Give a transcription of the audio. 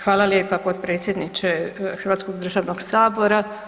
Hvala lijepa potpredsjedniče hrvatskog državnog Sabora.